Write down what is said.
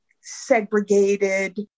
segregated